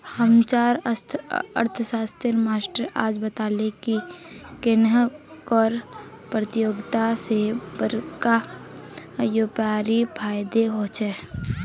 हम्चार अर्थ्शाश्त्रेर मास्टर आज बताले की कन्नेह कर परतियोगिता से बड़का व्यापारीक फायेदा होचे